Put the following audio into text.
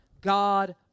God